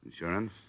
Insurance